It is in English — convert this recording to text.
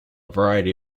variety